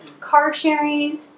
car-sharing